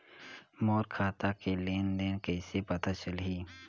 मोर खाता के लेन देन कइसे पता चलही?